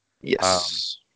Yes